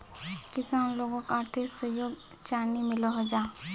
किसान लोगोक आर्थिक सहयोग चाँ नी मिलोहो जाहा?